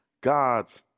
God's